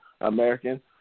American